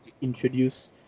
introduce